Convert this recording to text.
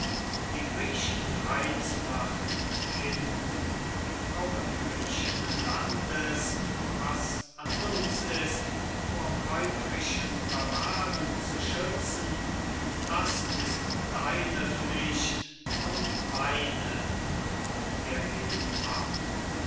die griechen frei zu machen kind die frauen griechenlandes was an uns ist vor räubrischen barbaren zu schützen das ist deine pflicht und meine